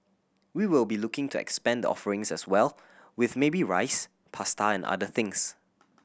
we will be looking to expand the offerings as well with maybe rice pasta and other things